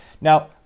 Now